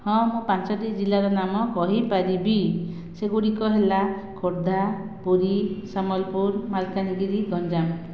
ହଁ ମୁଁ ପାଞ୍ଚୋଟି ଜିଲ୍ଲା ର ନାମ କହିପାରିବି ସେଗୁଡ଼ିକ ହେଲା ଖୋର୍ଦ୍ଧା ପୁରୀ ସମ୍ବଲପୁର ମାଲକାନଗିରି ଗଞ୍ଜାମ